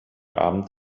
abend